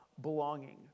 belonging